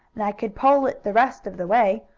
and i could pull it the rest of the way.